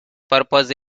purpose